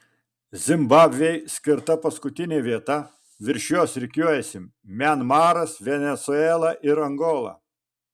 zimbabvei skirta paskutinė vieta virš jos rikiuojasi mianmaras venesuela ir angola